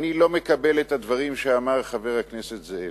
אני לא מקבל את הדברים שאמר חבר הכנסת זאב.